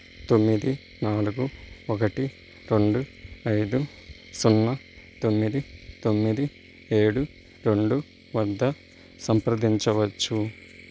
తొమ్మిది నాలుగు ఒకటి రెండు ఐదు సున్నా తొమ్మిది తొమ్మిది ఏడు రెండు వద్ద సంప్రదించవచ్చు